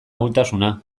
ahultasuna